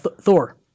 Thor